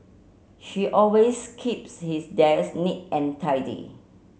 she always keeps his desk neat and tidy